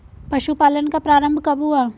पशुपालन का प्रारंभ कब हुआ?